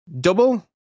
double